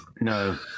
no